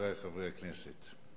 חברי חברי הכנסת,